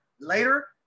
later